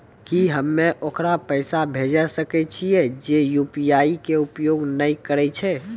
की हम्मय ओकरा पैसा भेजै सकय छियै जे यु.पी.आई के उपयोग नए करे छै?